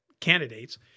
candidates